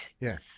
Yes